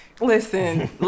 Listen